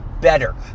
better